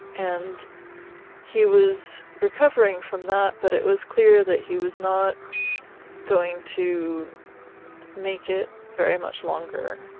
and he was recovering from that but it was clear that he was not going to make it very much longer.